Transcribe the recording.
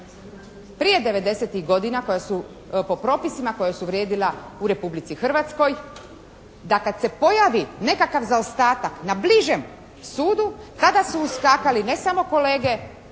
koja su, po propisima koja su vrijedila u Republici Hrvatskoj, da kad se pojavi nekakav zaostatak na bližem sudu tada su uskakali ne samo kolege,